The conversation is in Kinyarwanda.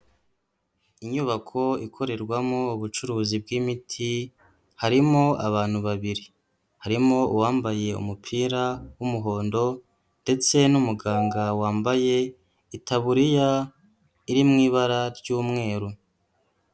Inyubako ikorerwamo ubucuruzi bw'imiti, harimo abantu babiri, harimo uwambaye umupira w'umuhondo ndetse n'umuganga wambaye itaburiya iri mu ibara ry'umweru.